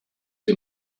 sie